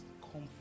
comfort